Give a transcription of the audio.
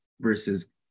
versus